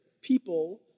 people